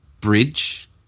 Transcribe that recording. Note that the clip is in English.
bridge